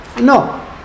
No